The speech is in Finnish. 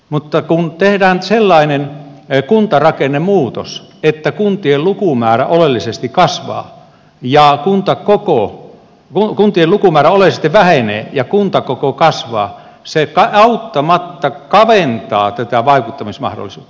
mutta kun tehdään sellainen kuntarakennemuutos että kuntien lukumäärä oleellisesti kasvaa ja kuntakoko palokuntien lukumäärä ole este vähenee ja kuntakoko kasvaa se auttamatta kaventaa tätä vaikuttamismahdollisuutta